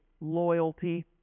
loyalty